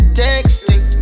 texting